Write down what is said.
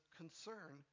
concern